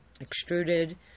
extruded